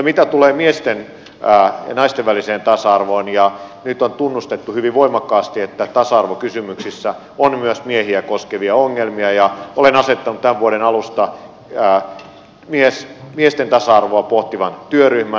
mitä tulee miesten ja naisten väliseen tasa arvoon nyt on tunnustettu hyvin voimakkaasti että tasa arvokysymyksissä on myös miehiä koskevia ongelmia ja olen asettanut tämän vuoden alusta miesten tasa arvoa pohtivan työryhmän